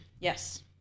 Yes